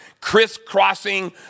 crisscrossing